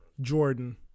Jordan